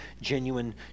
genuine